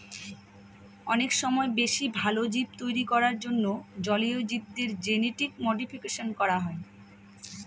অনেক সময় বেশি ভালো জীব তৈরী করার জন্য জলীয় জীবদের জেনেটিক মডিফিকেশন করা হয়